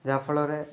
ଯାହାଫଳରେ